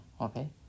okay